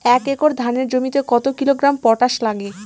এক একর ধানের জমিতে কত কিলোগ্রাম পটাশ লাগে?